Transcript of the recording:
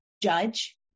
Judge